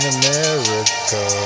America